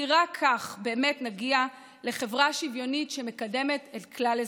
כי רק כך באמת נגיע לחברה שוויונית שמקדמת את כלל אזרחיה.